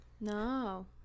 No